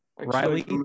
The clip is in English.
Riley